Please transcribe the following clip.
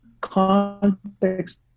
context